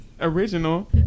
original